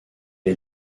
est